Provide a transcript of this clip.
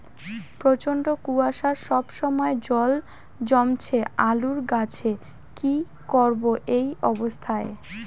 প্রচন্ড কুয়াশা সবসময় জল জমছে আলুর গাছে কি করব এই অবস্থায়?